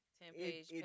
ten-page